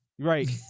right